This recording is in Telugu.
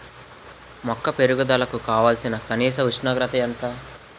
మొక్క పెరుగుదలకు కావాల్సిన కనీస ఉష్ణోగ్రత ఎంత?